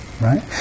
right